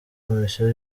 komisiyo